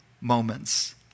moments